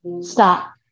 stop